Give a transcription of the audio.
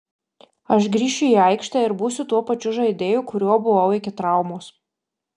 aš grįšiu į aikštę ir būsiu tuo pačiu žaidėju kuriuo buvau iki traumos